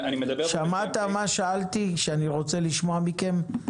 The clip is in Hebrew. שמעת מה שאלתי, שאני רוצה לשמוע מכם?